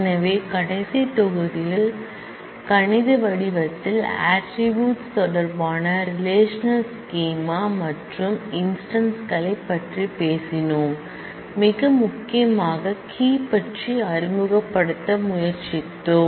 எனவே கடைசி விரிவுரையில் கணித வடிவத்தில் ஆட்ரிபூட்ஸ் தொடர்பான ரெலேஷனல் ஸ்கீமா மற்றும் இன்ஸ்டன்ஸ் களைப் பற்றி பேசினோம் மிக முக்கியமாக கீ பற்றி அறிமுகப்படுத்த முயற்சித்தோம்